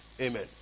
Amen